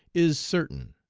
is certain.